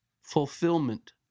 fulfillment